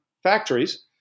Factories